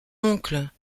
oncle